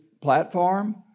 platform